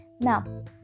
Now